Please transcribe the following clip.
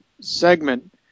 segment